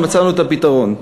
ומצאנו את הפתרון.